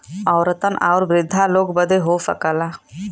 औरतन आउर वृद्धा लोग बदे हो सकला